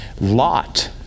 Lot